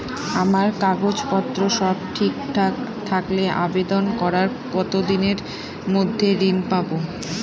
আমার কাগজ পত্র সব ঠিকঠাক থাকলে আবেদন করার কতদিনের মধ্যে ঋণ পাব?